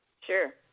Sure